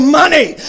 money